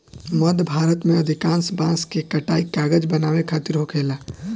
मध्य भारत में अधिकांश बांस के कटाई कागज बनावे खातिर होखेला